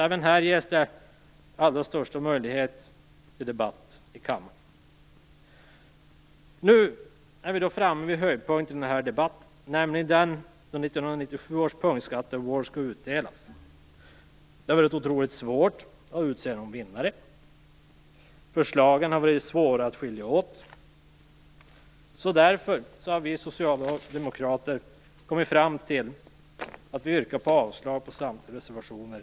Även här ges största möjlighet till debatt i kammaren. Nu är vi framme vid höjdpunkten i den här debatten. 1997 års punktskatte-award skall nämligen utdelas. Det har varit otroligt svårt att utse någon vinnare. Förslagen har varit svåra att skilja åt. Därför har vi socialdemokrater kommit fram till att vi yrkar avslag på samtliga reservationer.